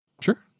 sure